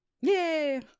yay